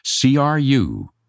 CRU